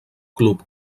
club